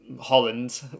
Holland